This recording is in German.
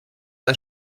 als